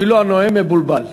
אפילו הנואם מבולבל.